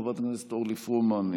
חברת הכנסת אורלי פרומן,